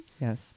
yes